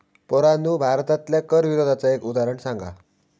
पोरांनो भारतातल्या कर विरोधाचा एक उदाहरण सांगा